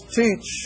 teach